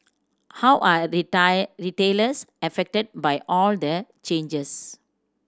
how are retailers affected by all the changes